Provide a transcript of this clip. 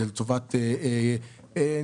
זה לטובת חסקה,